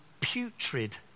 putrid